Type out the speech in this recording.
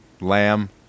lamb